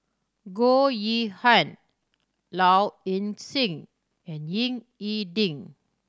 Goh Yihan Low Ing Sing and Ying E Ding